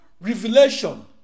revelation